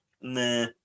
Nah